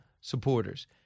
supporters